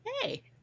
Hey